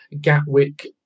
Gatwick